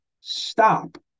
stop